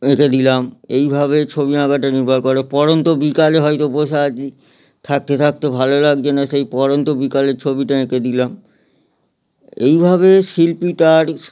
এঁকে দিলাম এইভাবে ছবি আঁকাটা নির্ভর করে পড়ন্ত বিকালে হয়তো বসে আছি থাকতে থাকতে ভালো লাগছে না সেই পড়ন্ত বিকালের ছবিটা এঁকে দিলাম এইভাবে শিল্পী তার